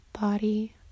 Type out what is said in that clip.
body